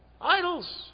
Idols